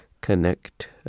Connect